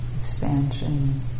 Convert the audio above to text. expansion